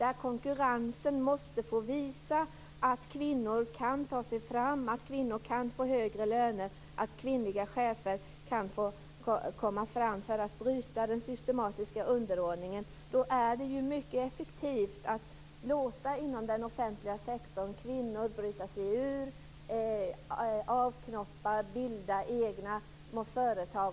Vi måste visa att kvinnor kan ta sig fram, att kvinnor kan få högre löner och att kvinnliga chefer kan komma fram i konkurrens, och vi måste bryta den systematiska underordningen. Då är det mycket effektivt att låta kvinnor inom den offentliga sektorn bryta sig ur, skapa avknoppning och bilda egna små företag.